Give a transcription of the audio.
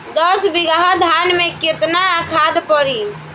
दस बिघा धान मे केतना खाद परी?